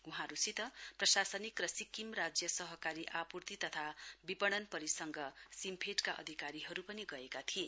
वहाँहरूसित प्रशासनिक र सिक्किम राज्य सहकारी आपुर्ति तथा विपणन परिसंघ सिम्फेडका अधिकारीहरू पनि गएका थिए